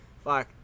Fuck